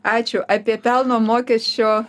ačiū apie pelno mokesčio